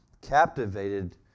captivated